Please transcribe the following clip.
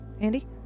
Andy